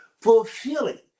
Fulfilling